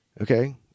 okay